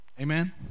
Amen